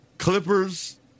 Clippers